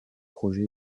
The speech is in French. projet